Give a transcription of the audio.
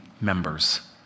members